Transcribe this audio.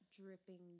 dripping